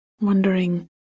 wondering